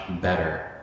better